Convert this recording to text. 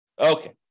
Okay